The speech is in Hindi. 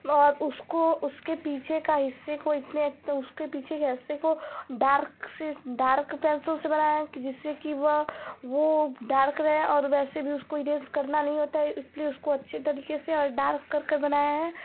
और उसको उसके पीछे का हिस्से को इतने उसके पीछे का हिस्से को डार्क से डार्क पेंसिल से बनाया है जिससे कि वो वो डार्क रहे और वैसे भी उसको ईरैस करना नही होता है इसलिए उसको अच्छे तरीके से और डार्क करकर बनाया हैं